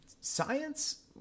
science